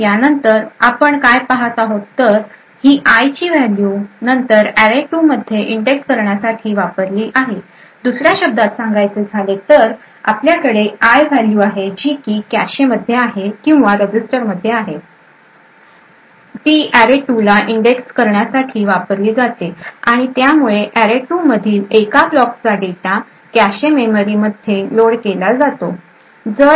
यानंतर आपण काय पाहत आहोत तर ही I ची व्हॅल्यू नंतर अरे2 मध्ये इंडेक्स करण्यासाठी वापरली आहेदुसऱ्या शब्दात सांगायचे झाले तर आपल्याकडे आय् व्हॅल्यू आहे जी की कॅशे मध्ये आहे किंवा रजिस्टर मध्ये आहेअरे2 ला इंडेक्स करण्यासाठी वापरली जाते आणि त्यामुळे अरे टू मधील एका ब्लॉकचा डेटा कॅशे मेमरी मध्ये लोड केला जातो